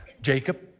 Jacob